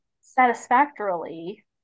satisfactorily